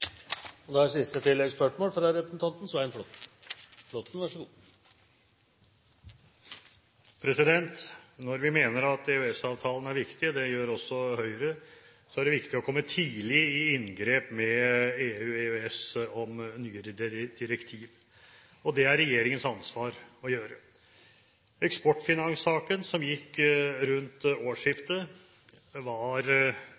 Svein Flåtten – til oppfølgingsspørsmål. Når vi mener at EØS-avtalen er viktig – det gjør også Høyre – er det viktig å komme tidlig i inngrep med EU/EØS om nye direktiv, og det er det regjeringens ansvar å gjøre. Eksportfinans-saken, som gikk rundt